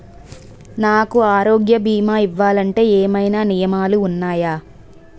నాకు ఆరోగ్య భీమా ఇవ్వాలంటే ఏమైనా నియమాలు వున్నాయా?